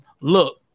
look